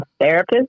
therapist